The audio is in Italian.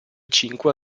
cinque